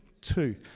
Two